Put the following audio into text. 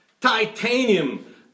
Titanium